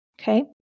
Okay